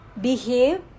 behave